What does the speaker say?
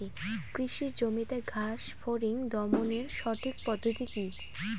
কৃষি জমিতে ঘাস ফরিঙ দমনের সঠিক পদ্ধতি কি?